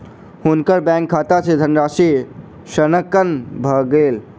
हुनकर बैंक खाता सॅ धनराशि ऋणांकन भ गेल